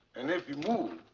and, if you move,